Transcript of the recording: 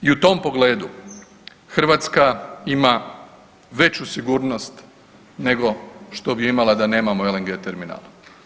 I u tom pogledu Hrvatska ima veću sigurnost nego što bi imala da nemamo LNG terminal.